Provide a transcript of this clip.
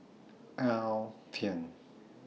Alpen